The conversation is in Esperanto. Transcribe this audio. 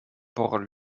por